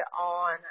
on